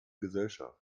gesellschaft